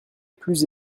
plus